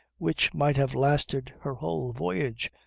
which might have lasted her whole voyage,